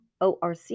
Orc